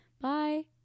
Bye